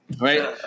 right